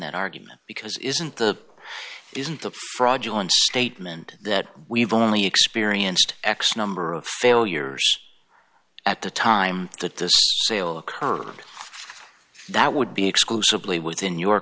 that argument because isn't the isn't the fraudulent statement that we've only experienced x number of failures at the time that this sale occurred that would be exclusively within your